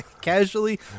Casually